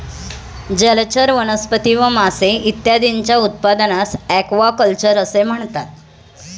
जलचर वनस्पती व मासे इत्यादींच्या उत्पादनास ॲक्वाकल्चर असे म्हणतात